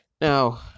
Now